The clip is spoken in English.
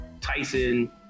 Tyson